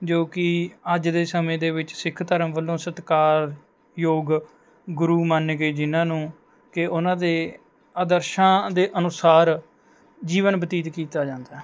ਜੋ ਕਿ ਅੱਜ ਦੇ ਸਮੇਂ ਦੇ ਵਿੱਚ ਸਿੱਖ ਧਰਮ ਵੱਲੋਂ ਸਤਿਕਾਰ ਯੋਗ ਗੁਰੂ ਮੰਨ ਕੇ ਜਿਹਨਾਂ ਨੂੰ ਕਿ ਉਹਨਾਂ ਦੇ ਆਦਰਸ਼ਾਂ ਦੇ ਅਨੁਸਾਰ ਜੀਵਨ ਬਤੀਤ ਕੀਤਾ ਜਾਂਦਾ